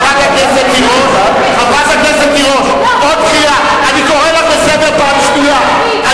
חברת הכנסת תירוש, אני קורא אותך לסדר פעם ראשונה.